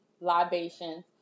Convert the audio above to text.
libations